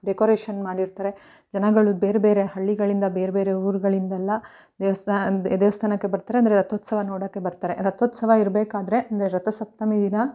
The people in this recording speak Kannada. ಡೆಕೋರೇಷನ್ ಮಾಡಿರ್ತಾರೆ ಜನಗಳು ಬೇರೆ ಬೇರೆ ಹಳ್ಳಿಗಳಿಂದ ಬೇರೆ ಬೇರೆ ಊರುಗಳಿಂದೆಲ್ಲ ದೇವ್ಸ್ಥಾನ ಅಂದರೆ ದೇವಸ್ಥಾನಕ್ಕೆ ಬರ್ತಾರೆ ಅಂದರೆ ರಥೋತ್ಸವ ನೋಡೋಕ್ಕೆ ಬರ್ತಾರೆ ರಥೋತ್ಸವ ಇರಬೇಕಾದ್ರೆ ಅಂದರೆ ರಥ ಸಪ್ತಮಿ ದಿನ